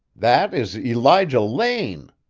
that is elijah lane!